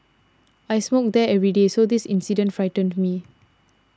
I smoke there every day so this incident frightened me